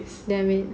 damn it